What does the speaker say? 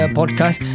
podcast